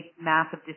massive